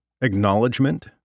acknowledgement